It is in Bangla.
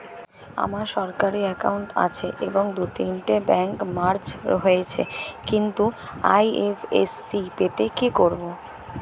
আমার সরকারি একাউন্ট আছে এবং দু তিনটে ব্যাংক মার্জ হয়েছে, নতুন আই.এফ.এস.সি পেতে কি করব?